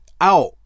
out